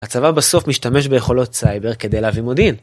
הצבא בסוף משתמש ביכולות סייבר כדי להביא מודיעין.